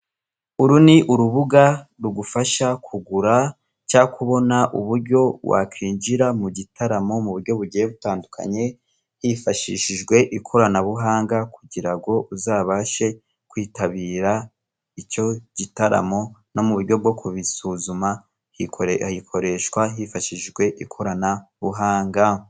Uru ni urubuga rugufasha kugura cyangwa kubona uburyo wa kwinjira mu gitaramo mu buryo bugiye butandukanye, hifashishijwe ikoranabuhanga kugira ngo uzabashe kwitabira icyo gitaramo, no mu buryo bwo kubisuzuma aha ikoreshwa hifashijwe ikoranabuhanga.